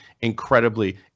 incredibly